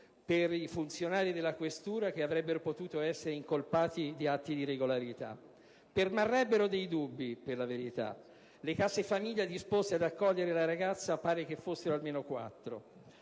per i funzionari della questura, che avrebbero potuto essere incolpati di atti irregolari. Permarrebbero dei dubbi, per la verità. Le case famiglia disposte ad accogliere la ragazza pare che fossero almeno quattro